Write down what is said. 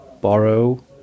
borrow